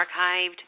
archived